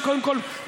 קודם כול,